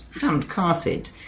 hand-carted